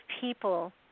people